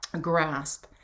grasp